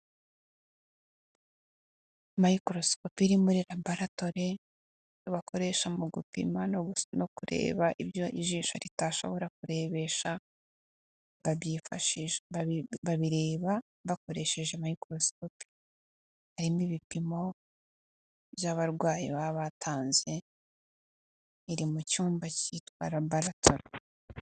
Michacroscopi iri muri laboratori bakoresha mu gupima no kureba ibyo ijisho ritashobora kurebesha, babireba bakoresheje microsikopi harimo ibipimo by'abarwayi baba batanze iri mu cyumba cyitwa labaratori.